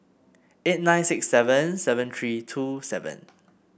eight nine six seven seven three two seven